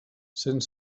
sent